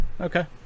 okay